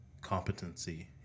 competency